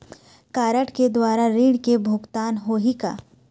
Card के द्वारा ऋण के भुगतान होही का?